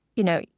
you know,